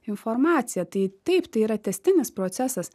informaciją tai taip tai yra tęstinis procesas